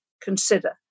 consider